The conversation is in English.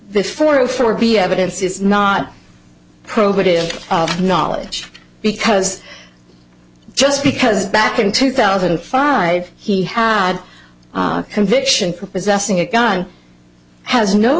this for of for be evidence is not probative knowledge because just because back in two thousand and five he had a conviction for possessing a gun has no